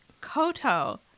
Koto